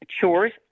chores